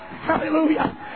Hallelujah